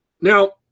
Now